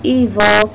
evil